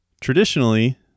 traditionally